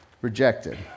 rejected